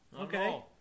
Okay